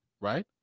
right